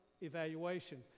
evaluation